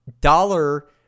dollar